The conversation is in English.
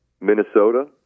Minnesota